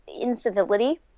incivility